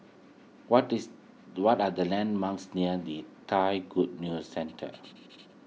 what these what are the landmarks near Lee Thai Good News Centre